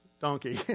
donkey